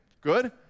good